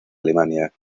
alemania